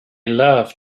love